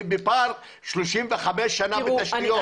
אני בפער של 35 שנה בתשתיות.